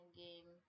game